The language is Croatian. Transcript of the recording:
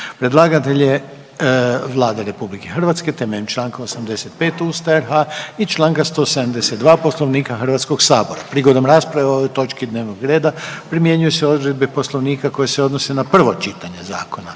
Predlagatelj je Vlada RH temeljem Članka 85. Ustava RH i Članka 172. Poslovnika Hrvatskog sabora. Prigodom rasprave o ovoj točki dnevnog reda primjenjuju se odredbe Poslovnika koje se odnose na prvo čitanje zakona.